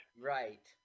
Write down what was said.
Right